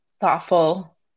thoughtful